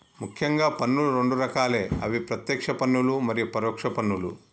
ముఖ్యంగా పన్నులు రెండు రకాలే అవి ప్రత్యేక్ష పన్నులు మరియు పరోక్ష పన్నులు